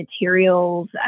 materials